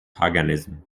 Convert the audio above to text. paganism